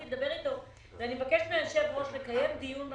אני מבקשת מהיושב-ראש לקיים דיון על